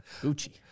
Gucci